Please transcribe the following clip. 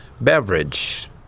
Beverage